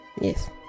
Yes